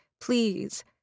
please